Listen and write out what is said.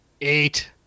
Eight